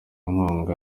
inkunga